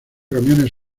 camiones